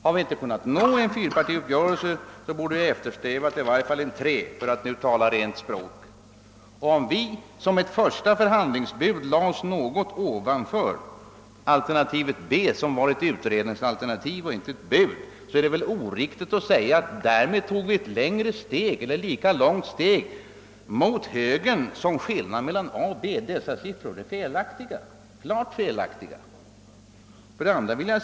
Har vi inte kunnat nå en fyrpartiuppgörelse, så borde vi i varje fall eftersträva en trepartiuppgörelse, för att nu tala rent språk. Om vi i vårt förhandlingsbud lade oss något ovanför alternativet B, som var ett utredningsalternativ och inte ett bud, så är det väl oriktigt att säga att vi därmed tog ett steg mot högerns ståndpunkt och att detta var lika långt som skillnaden mellan A och B. Detta är klart felaktigt.